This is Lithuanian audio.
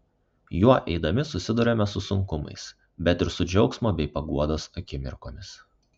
juo eidami susiduriame su sunkumais bet ir su džiaugsmo bei paguodos akimirkomis